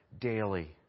daily